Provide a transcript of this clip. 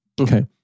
Okay